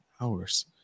hours